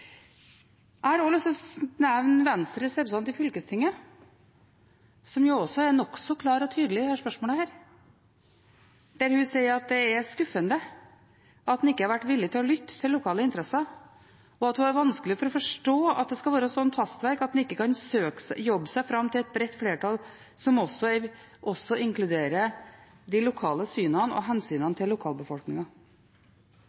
Jeg har også lyst til å nevne Venstres representant i fylkestinget, som også er nokså klar og tydelig i dette spørsmålet når hun sier at det er skuffende at en ikke har vært villig til å lytte til lokale interesser, og at hun har vanskelig for å forstå at det skal være slikt hastverk at en ikke kan jobbe seg fram til et bredt flertall, som også inkluderer de lokale synene og hensynene